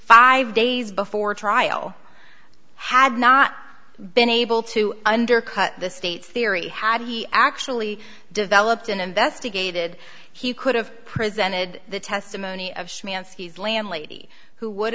five days before trial had not been able to undercut the state's theory had he actually developed an investigated he could have presented the testimony of me on skis landlady who would